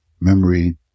memory